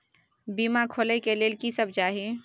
बीमा खोले के लेल की सब चाही?